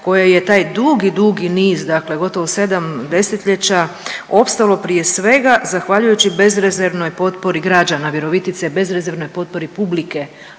koje je taj dugi dugi niz dakle gotovo 7 desetljeća opstalo prije svega zahvaljujući bezrezervnoj potpori građana Virovitice, bezrezervnoj potpori publike,